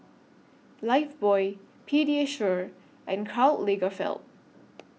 Lifebuoy Pediasure and Karl Lagerfeld